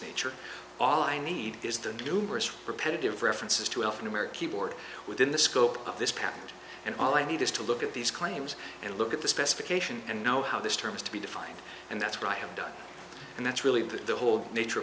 nature all i need is the numerous repetitive references to alphanumeric keyboard within the scope of this patent and all i need is to look at these claims and look at the specification and know how this term is to be defined and that's right i'm done and that's really the whole nature